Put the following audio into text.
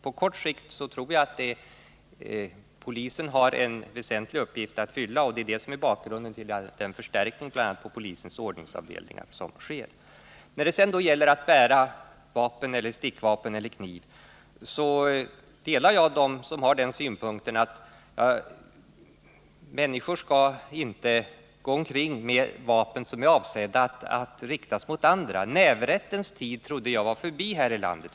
På kort sikt tror jag att polisen har en väsentlig uppgift att fylla. Det är det som är bakgrunden till den förstärkning av polisens ordningsavdelningar som sker. När det gäller vanan att bära stickvapen eller kniv delar jag synpunkten att människor inte skall gå omkring med vapen som är avsedda att riktas mot andra. Nävrättens tid trodde jag var förbi här i landet.